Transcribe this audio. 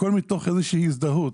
הכול מתוך איזושהי הזדהות